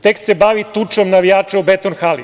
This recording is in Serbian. Tekst se bavi tučom navijača u "Beton hali"